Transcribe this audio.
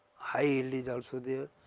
high yield is also there.